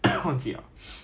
yes 那种